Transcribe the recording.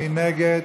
מי נגד?